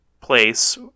place